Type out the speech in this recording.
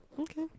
okay